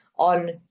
on